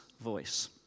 voice